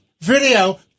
Video